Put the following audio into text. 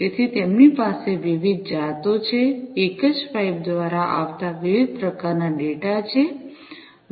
તેથી તેમની પાસે વિવિધ જાતો છે એક જ પાઇપ દ્વારા આવતા વિવિધ પ્રકારના ડેટા છે